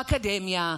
באקדמיה,